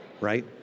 right